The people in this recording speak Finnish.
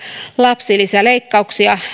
lapsilisäleikkauksia